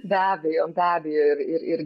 be abejo be abejo ir ir ir